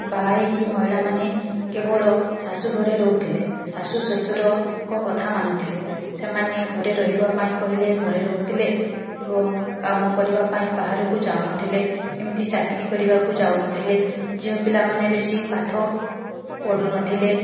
ବାହା ହୋଇକି ମହିଳା ମାନେ କେବଳ ଶାଶୁ ଘରେ ରହୁଥିଲେ ଶାଶୁ ଶ୍ୱଶୁରଙ୍କ କଥା ମାନୁଥିଲେ ସେମାନେ ଘରେ ରହିବା ପାଇଁ କହିଲେ ଘରେ ରହୁଥିଲେ ଏବଂ କାମ କରିବା ପାଇଁ ବାହାରକୁ ଯାଉ ନଥିଲେ ଏମିତି ଚାକିରୀ କରିବାକୁ ଯାଉ ନଥିଲେ ଝିଅ ପିଲା ମାନେ ବେଶୀ ପାଠ ପଢ଼ୁ ନଥିଲେ